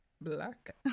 black